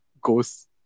Ghost